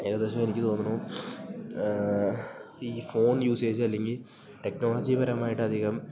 ഏകദേശം എനിക്ക് തോന്നുന്നു ഈ ഫോൺ യൂസേജ് അല്ലെങ്കിൽ ടെക്നോളജിപരമായിട്ട് അധികം